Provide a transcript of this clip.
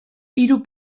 hiru